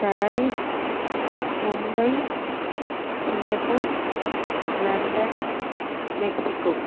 Paris Mumbai Singapore London Mexico